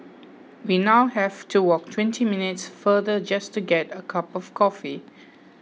we now have to walk twenty minutes farther just to get a cup of coffee